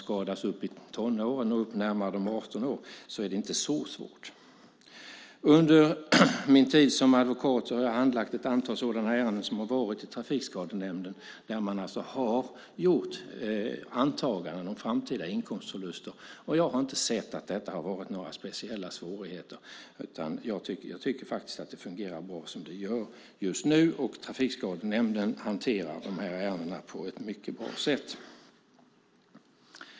Skadas man uppåt tonåren och när man är närmare 18 år är det inte så svårt. Under min tid som advokat har jag handlagt ett antal sådana ärenden som varit i Trafikskadenämnden där antaganden gjorts om framtida inkomstförluster. Jag har inte sett att det varit några speciella svårigheter i det avseendet utan tycker att det fungerar bra som det är just nu. Trafikskadenämnden hanterar sådana här ärenden på ett mycket bra sätt.